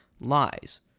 lies